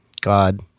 God